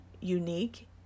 unique